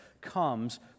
comes